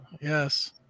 Yes